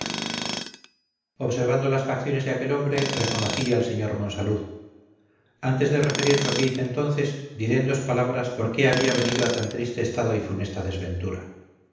observando las facciones de aquel hombre reconocí al sr monsalud antes de referir lo que hice entonces diré en dos palabras por qué había venido a tan triste estado y funesta desventura